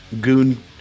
goon